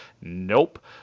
Nope